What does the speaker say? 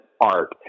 art